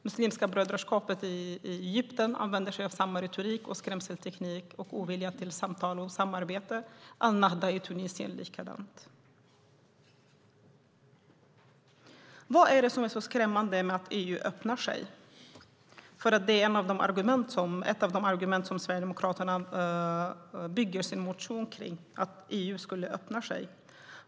Muslimska brödraskapet i Egypten använder sig av samma retorik, skrämseltaktik och ovilja till samtal och samarbete, al-Nahda i Tunisien likaså. Vad är det som är så skrämmande med att EU öppnar sig? Det är ju ett av de argument som Sverigedemokraterna bygger sin motion kring: att EU skulle öppna sig.